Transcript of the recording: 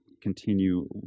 continue